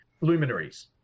Luminaries